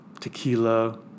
tequila